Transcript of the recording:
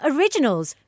Originals